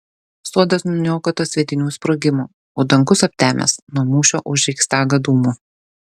sodas nuniokotas sviedinių sprogimų o dangus aptemęs nuo mūšio už reichstagą dūmų